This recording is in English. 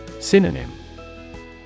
Synonym